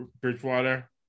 Bridgewater